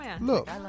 look